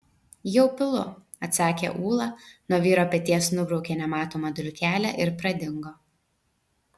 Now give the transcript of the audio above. jau pilu atsakė ūla nuo vyro peties nubraukė nematomą dulkelę ir pradingo